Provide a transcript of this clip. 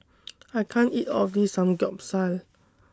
I can't eat All of This Samgyeopsal